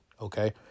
Okay